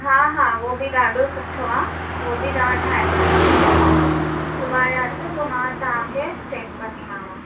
हा हा वो बि ॾाढो सुठो आहे वो बि तव्हां ठाहे करे पी था सघो सुभाणे अचो पोइ मां तव्हांखे चैक कंदीमांव